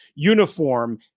uniform